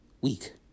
week